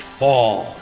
fall